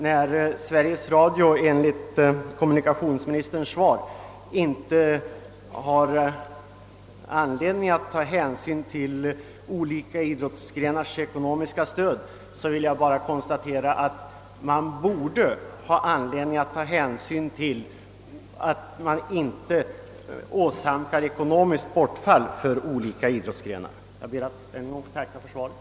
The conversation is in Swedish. När kommunikationsministern i sitt svar säger att Sveriges Radio inte har anledning att ta hänsyn till det ekonomiska stödet åt olika idrottsgrenar vill jag upprepa att det bör vara angeläget att se till att idrotten inte åsamkas inkomstbortfall. Jag ber att än en gång få tacka för svaret.